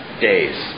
days